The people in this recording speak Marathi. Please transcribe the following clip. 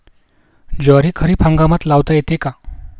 ज्वारी खरीप हंगामात लावता येते का?